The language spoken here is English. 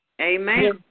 Amen